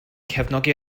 cefnogi